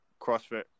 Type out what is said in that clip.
CrossFit